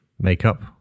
Makeup